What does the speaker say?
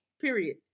Period